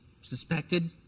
suspected